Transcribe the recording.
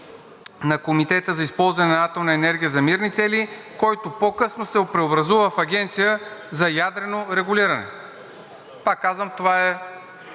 на Комитета за използване на атомна енергия за мирни цели, който по-късно се преобразува в Агенция за ядрено регулиране. Пак казвам, това,